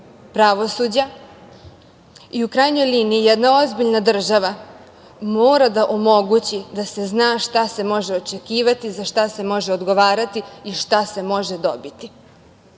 pravosuđa.U krajnjoj liniji, jedna ozbiljna država mora da omogući da se zna šta se može očekivati, za šta se može odgovarati i šta se može dobiti.